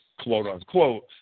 quote-unquote